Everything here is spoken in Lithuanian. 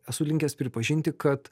esu linkęs pripažinti kad